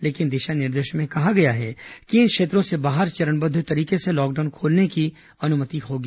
लेकिन दिशा निर्देशों में कहा गया है कि इन क्षेत्रों से बाहर चरणबद्व तरीके से लॉकडाउन खोलने की अनुमति होगी